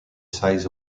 size